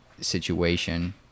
situation